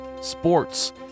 sports